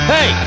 Hey